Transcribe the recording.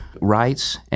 rights